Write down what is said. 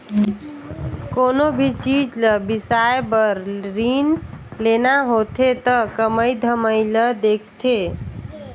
कोनो भी चीच ल बिसाए बर रीन लेना होथे त कमई धमई ल देखथें